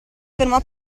fermò